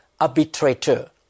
arbitrator